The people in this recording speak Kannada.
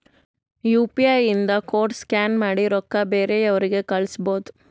ಯು ಪಿ ಐ ಇಂದ ಕೋಡ್ ಸ್ಕ್ಯಾನ್ ಮಾಡಿ ರೊಕ್ಕಾ ಬೇರೆಯವ್ರಿಗಿ ಕಳುಸ್ಬೋದ್